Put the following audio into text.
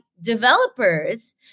developers